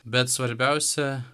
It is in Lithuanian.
bet svarbiausia